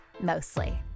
Mostly